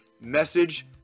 message